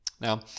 Now